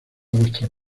vuestras